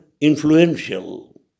influential